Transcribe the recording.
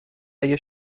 اگه